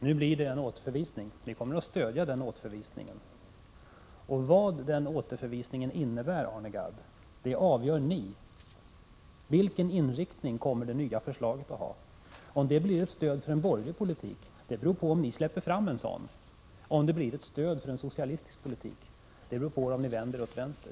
Herr talman! Kammaren skall nu ta ställning till ett yrkande om återförvisning, och vi kommer att stödja det yrkandet. Vad denna återförvisning kommer att innebära avgör ni, Arne Gadd. Vilken inriktning kommer det nya förslaget att få? Om det blir ett stöd för en borgerlig politik eller inte är beroende av huruvida ni släpper fram en sådan. Om det blir en socialistisk politik eller inte är beroende av huruvida ni vänder er åt vänster.